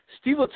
Steve